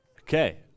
Okay